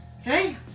Okay